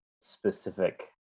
specific